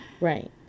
Right